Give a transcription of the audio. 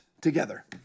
together